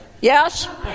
Yes